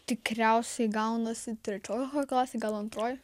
tikriausiai gaunasi trečioj klasėj gal antroj